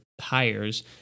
hires